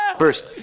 First